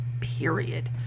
Period